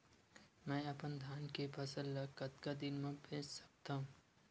मैं अपन धान के फसल ल कतका दिन म बेच सकथो?